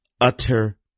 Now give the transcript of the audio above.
Utter